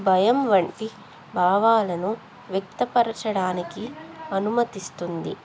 భయం వంటి భావాలను వ్యక్తపరచడానికి అనుమతిస్తుంది